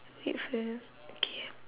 wait first okay